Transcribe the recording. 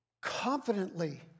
confidently